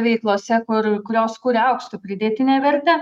veiklose kur kurios kuria aukštą pridėtinę vertę